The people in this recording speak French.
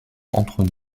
entre